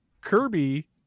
Kirby